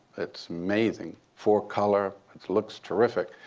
it's amazing, four color, it looks terrific.